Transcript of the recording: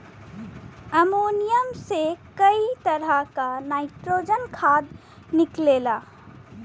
ammonia से कई तरह क नाइट्रोजन खाद निकलेला